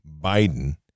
Biden